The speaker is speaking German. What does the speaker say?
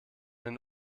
den